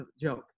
joke